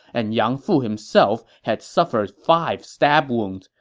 and yang fu himself had suffered five stab wounds,